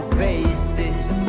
basis